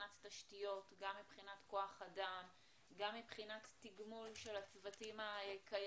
לא פעם גם אמרנו שאם ניכנס לסגר בשביל לצאת ממנו לאותה נקודה,